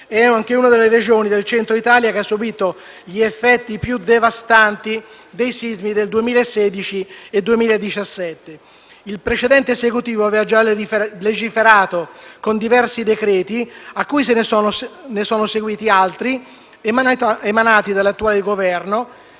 È anche una delle Regioni del Centro Italia che ha subito gli effetti più devastanti dei sismi del 2016 e del 2017. Il precedente Esecutivo aveva già legiferato con diversi decreti, a cui ne sono seguiti altri, emanati dall'attuale Governo,